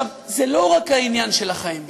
זה לא רק העניין של החיים ביחד.